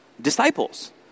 disciples